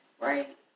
right